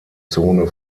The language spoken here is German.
zone